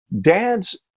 Dads